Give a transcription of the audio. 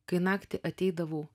kai naktį ateidavau